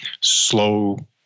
slow